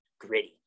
gritty